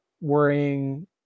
worrying